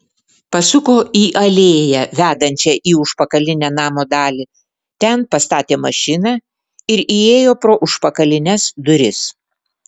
pasuko į alėją vedančią į užpakalinę namo dalį ten pastatė mašiną ir įėjo pro užpakalines duris